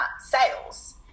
sales